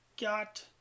Got